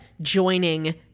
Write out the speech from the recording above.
joining